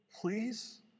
please